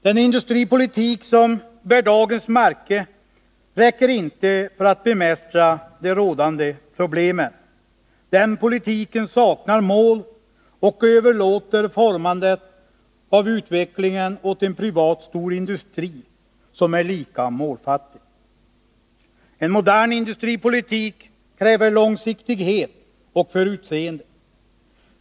Den industripolitik som bär dagens märke räcker inte för att bemästra de rådande problemen — den politiken saknar mål och överlåter formandet av utvecklingen åt en privat storindustri, som är lika målfattig. En modern industripolitik kräver långsiktighet och förutseende.